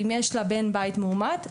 אם יש לה בן בית מאומת,